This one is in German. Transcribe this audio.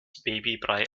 babybrei